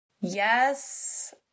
Yes